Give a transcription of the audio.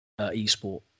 eSport